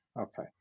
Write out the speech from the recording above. Okay